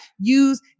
use